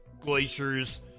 glaciers